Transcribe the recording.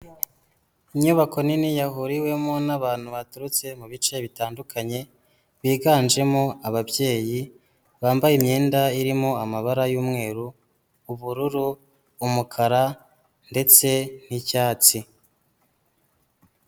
Inyubako nini yahuriwemo n'abantu baturutse mu bice bitandukanye, biganjemo ababyeyi bambaye imyenda irimo amabara y'umweru, ubururu, umukara ndetse n'icyatsi.